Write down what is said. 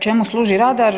Čemu služi radar?